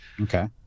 okay